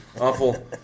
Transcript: Awful